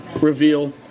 reveal